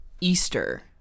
Easter